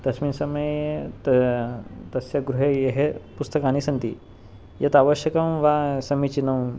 तस्मिन् समये त तस्य गृहे यः पुस्तकानि सन्ति यत् अवश्यकं वा समीचीनं